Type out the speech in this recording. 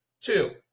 Two